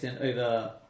over